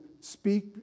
speak